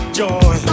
joy